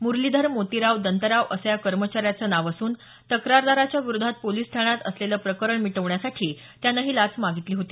मुरलीधर मारोतीराव दंतराव असं या कर्मचाऱ्याचं नाव असून तक्रारदाराच्या विरोधात पोलीस ठाण्यात असलेले प्रकरण मिटवण्यासाठी त्यानं लाच मागितली होती